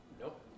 Nope